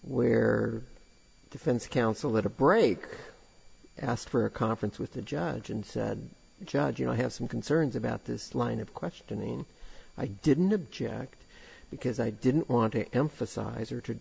where defense counsel that a break asked for a conference with the judge and said judge you know i have some concerns about this line of questioning i didn't object because i didn't want to emphasize or to